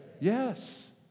Yes